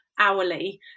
hourly